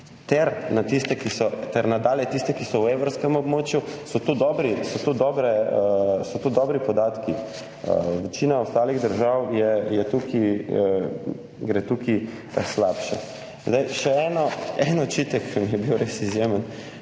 ter nadalje tiste, ki so v evrskem območju – dobri podatki, večini ostalih držav gre tukaj slabše. Še en očitek, ki je bil res izjemen: